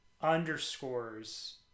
underscores